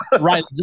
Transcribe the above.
Right